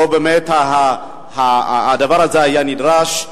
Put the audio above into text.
פה באמת הדבר היה נדרש,